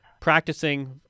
practicing